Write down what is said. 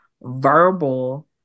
verbal